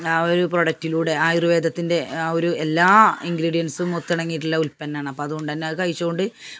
ആ ഒരു പ്രൊഡക്റ്റിലൂടെ ആയുർവേദത്തിന്റെ ആ ഒരു എല്ലാ ഇങ്ക്രീഡിയൻസും ഒത്തിണങ്ങിയിട്ടുള്ള ഉത്പന്നമാണ് അപ്പം അതു കൊണ്ടു തന്നെ അതു കഴിച്ചു കൊണ്ട്